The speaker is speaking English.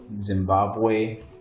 Zimbabwe